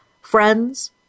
friends